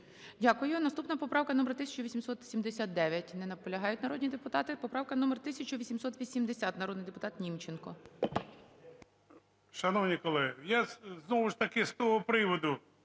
Дякую. Наступна поправка номер 1879. Не наполягають народні депутати. Поправка номер 1880, народний депутат Німченко.